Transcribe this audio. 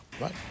Right